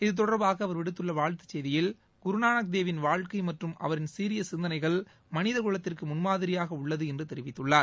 இது தொடர்பாக அவர விடுத்துள்ள வாழ்த்துச் செய்தியில் குருநானக் தேவின் வாழ்க்கை மற்றும் அவரின் சீரிய சிந்தனைகள் மனித குலத்திற்கு முன்மாதிரியாக உள்ளது என்று தெரிவித்துள்ளார்